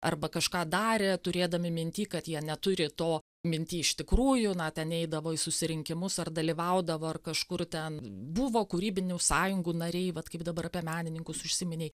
arba kažką darė turėdami minty kad jie neturi to minty iš tikrųjų na ten idavo į susirinkimus ar dalyvaudavo ar kažkur ten buvo kūrybinių sąjungų nariai vat kaip dabar apie menininkus užsiminei